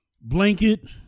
blanket